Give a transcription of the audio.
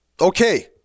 Okay